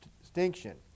distinction